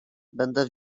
będę